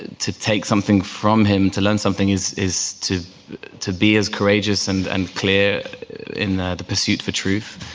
to take something from him, to learn something, is is to to be as courageous and and clear in the the pursuit for truth,